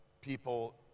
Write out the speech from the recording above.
People